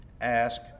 ask